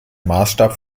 maßstab